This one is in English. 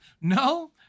no